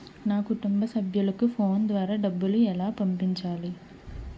నా కుటుంబ సభ్యులకు ఫోన్ ద్వారా డబ్బులు ఎలా పంపించాలి?